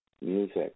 music